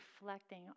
reflecting